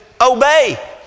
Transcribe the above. obey